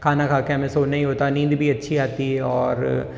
खाना खा के हमें सोना ही होता है नींद भी अच्छी आती है और